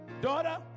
Daughter